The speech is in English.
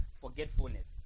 forgetfulness